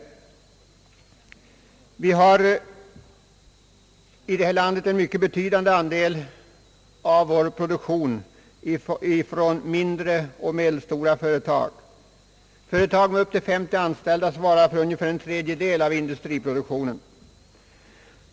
I vårt land svarar mindre och medelstora företag för en mycket betydande andel av produktionen. Företag med upp till 50 anställda svarar för ungefär en tredjedel av industriproduktionen.